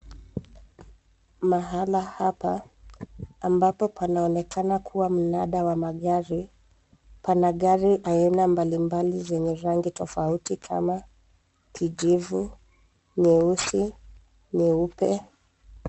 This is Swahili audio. Mahala hapa, ambapo panaonekana kuwa mnada wa magari, pana gari aina mbalimbali zenye rangi tofauti kama kijivu, nyeusi, neupe.